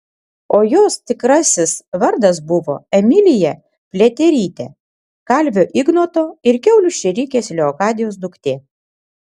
o jos tikrasis vardas buvo emilija pliaterytė kalvio ignoto ir kiaulių šėrikės leokadijos duktė